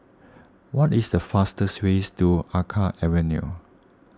what is the fastest way to Alkaff Avenue